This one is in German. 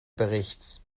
berichts